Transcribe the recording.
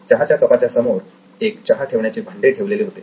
चहाच्या कपाच्या समोर एक चहा ठेवण्याचे भांडे ठेवलेले होते